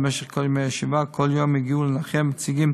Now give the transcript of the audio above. במשך כל ימי השבעה, כל יום הגיעו לנחם נציגים